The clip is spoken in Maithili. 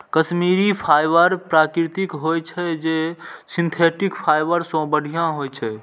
कश्मीरी फाइबर प्राकृतिक होइ छै, जे सिंथेटिक फाइबर सं बढ़िया होइ छै